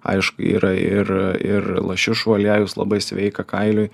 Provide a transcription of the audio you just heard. aišku yra ir ir lašišų aliejus labai sveika kailiui